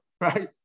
right